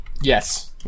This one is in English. Yes